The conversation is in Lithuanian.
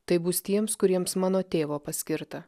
tai bus tiems kuriems mano tėvo paskirta